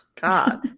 god